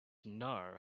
know